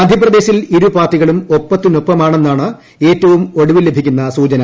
മധ്യപ്രദേശിൽ ഇ്രുപാർട്ടികളും ഒപ്പത്തിനൊപ്പമാണെന്നാണ് ഏറ്റവും ഒടുവിൽ ലഭിക്കുന്ന ഫലസൂചന